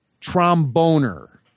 tromboner